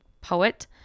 poet